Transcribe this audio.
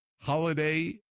holiday